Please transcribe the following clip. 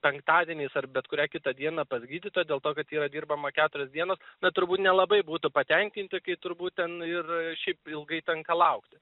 penktadieniais ar bet kurią kitą dieną pas gydytoją dėl to kad yra dirbama keturias dienas na turbūt nelabai būtų patenkinti kai turbūt ten ir šiaip ilgai tenka laukti